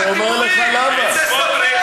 תספח, תספח.